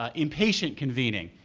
ah inpatient convening.